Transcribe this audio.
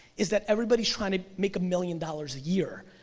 is that everybody's trying to make a million dollars a year,